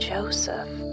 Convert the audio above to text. Joseph